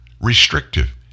restrictive